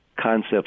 concepts